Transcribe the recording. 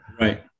Right